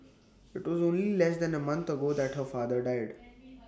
IT was only less than A month ago that her father died